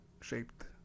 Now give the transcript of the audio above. shaped